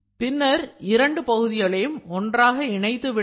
பின்னர் இரண்டு பகுதிகளையும் ஒன்றாக இணைத்து விட வேண்டும்